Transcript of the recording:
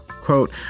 quote